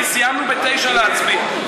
כי סיימנו ב-21:00 להצביע.